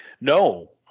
No